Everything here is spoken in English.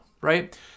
right